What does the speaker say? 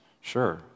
Sure